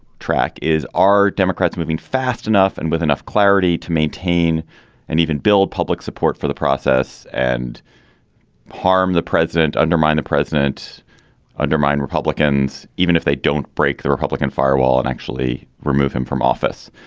track is are democrats moving fast enough and with enough clarity to maintain and even build public support for the process and harm the president undermine the president undermine republicans even if they don't break the republican firewall and actually remove him from office.